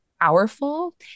powerful